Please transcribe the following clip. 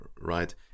right